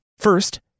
First